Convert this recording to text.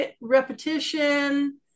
repetition